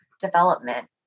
development